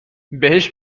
بهش